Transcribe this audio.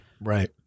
Right